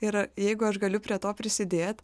ir jeigu aš galiu prie to prisidėt